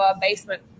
basement